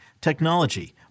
technology